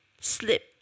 slip